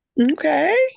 Okay